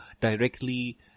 directly